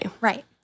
Right